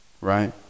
right